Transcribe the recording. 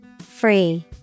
Free